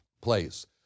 place